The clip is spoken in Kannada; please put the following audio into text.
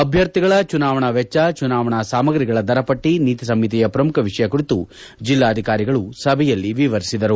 ಅಭ್ಯರ್ಥಿಗಳ ಚುನಾವಣಾ ವೆಚ್ಚ ಚುನಾವಣಾ ಸಾಮಗ್ರಿಗಳ ದರಪಟ್ಟ ನೀತಿ ಸಂಹಿತೆಯ ಪ್ರಮುಖ ವಿಷಯ ಕುರಿತು ಜೆಲ್ಲಾಧಿಕಾರಿಗಳು ಸಭೆಯಲ್ಲಿ ವಿವರಿಸಿದರು